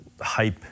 hype